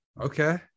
Okay